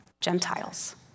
Gentiles